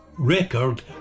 Record